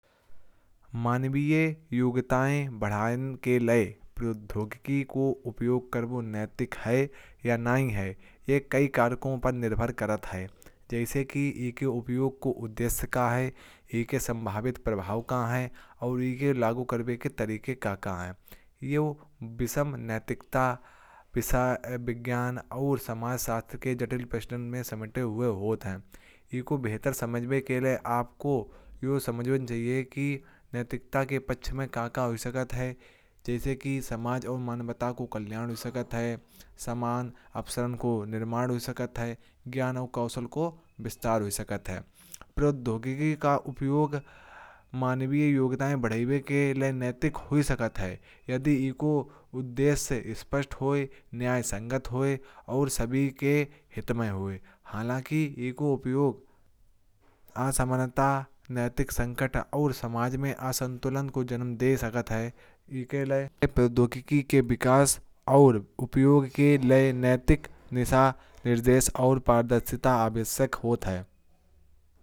मानविया योग्यतायें बढ़ाने के लिए प्रौद्योगिकी का उपयोग करना नैतिक है या नहीं। ये कई कार्यों पर निर्भर करता है। जैसे कि इसका उपयोग किस उद्देश्य के लिए किया जा रहा है। इसका संभावित प्रभाव क्या हो सकता है और इसे लागू करने के तरीके क्या हैं। यह बिशम नैतिकता, विज्ञान, और समाज शास्त्र के जटिल प्रश्न में समेटे हुए होता है। इस मुद्दे को अच्छी तरह समझने के लिए। हमें ये समझना होगा कि नैतिकता के पक्ष में क्या क्या है। समाज और मानवता के कल्याण। प्रौद्योगिकी का उपयोग अगर समाज और मानवता के लिए लाभदायक हो। तो इसे नैतिक माना जा सकता है। ज्ञान और कौशल का विस्तार अपश्रम का निर्माण। प्रौद्योगिकी का उपयोग काम को आसान बनाने। और श्रम दान को कम करने के लिए हो सकता है। प्रौद्योगिकी का उपयोग मानविया योग्यतायें बढ़ाने के लिए तब नैतिक माना जा सकता है। जब इसका उद्देश्य स्पष्ट हो, ये न्यायसंगत हो, और सभी के हित में हो। लेकिन इसका गलत उपयोग असमानता प्रौद्योगिकी का गलत उपयोग समाज में असमानता। और नैतिक संकट को जन्म दे सकता है समाज में असंतुलन। गलत नीति और आवश्यक गाइडलाइन्स के बिना ये समाज में असंतुलन ला सकती है। इसके लिए ज़रूरी है कि प्रौद्योगिकी के विकास और उपयोग के लिए। स्पष्ट नैतिक दिशा निर्देश और पारदर्शिता हो। नैतिक उपयोग के साथ ही इसका विकास मानव और समाज के लिए लाभदायक बनेगा।